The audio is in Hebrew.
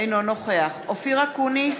אינו נוכח אופיר אקוניס,